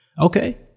Okay